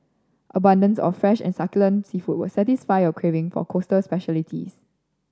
abundance of fresh and succulent seafood will satisfy your craving for coastal specialities